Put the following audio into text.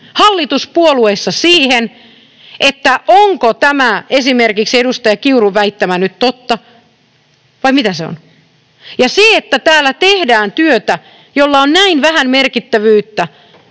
jaksettu syventyä siihen, onko esimerkiksi tämä edustaja Kiurun väittämä nyt totta vai mitä se on. Se, että täällä tehdään työtä, jolla on näin vähän merkittävyyttä